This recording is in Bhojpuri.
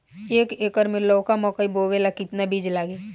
एक एकर मे लौका मकई बोवे ला कितना बिज लागी?